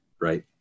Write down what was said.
right